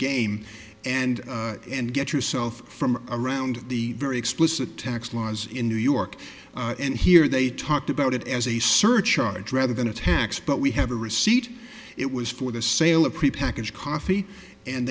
game and and get yourself from around the very explicit tax laws in new york and here they talked about it as a surcharge rather than a tax but we have a receipt it was for the sale of prepackaged coffee and